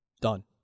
Done